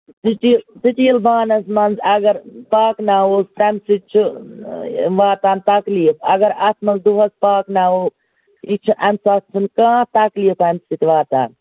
steel steel بانَس منٛز اَگر پاکناوَو تَمہِ سۭتۍ چھُ واتان تَکلیٖف اَگر اَتھ منٛز دۄہَس پاکناوو یہِ چھُ اَمہِ ساتہٕ چھُنہٕ کانٛہہ تَکلیٖف اَمہِ سۭتۍ واتان